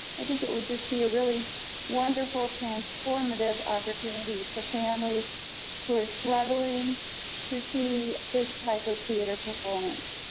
i think it would just be ah really wonderful transformative opportunity for families who are struggling to see this type of theater performance.